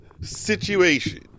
situation